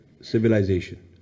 civilization